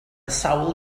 sawl